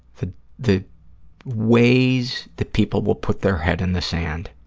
the the ways that people will put their head in the sand.